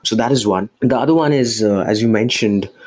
so that is one. the other one is as you mentioned,